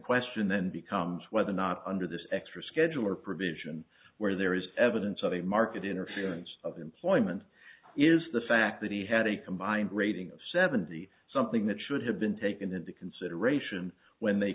question then becomes whether or not under this extra scheduler provision where there is evidence of a market interference of employment is the fact that he had a combined rating of seventy something that should have been taken into consideration when they